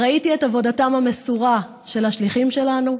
ראיתי את עבודתם המסורה של השליחים שלנו,